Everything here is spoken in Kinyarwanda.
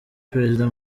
perezida